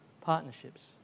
partnerships